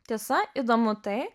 tiesa įdomu tai